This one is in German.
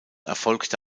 erfolgte